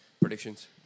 Predictions